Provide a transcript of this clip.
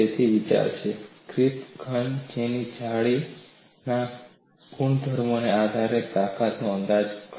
તેથી વિચાર છે સ્ફટિકીય ઘન તેની જાળીના ગુણધર્મોના આધારે તાકાતનો અંદાજ કાો